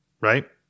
Right